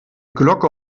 glocke